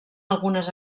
algunes